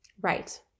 Right